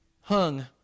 hung